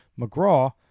McGraw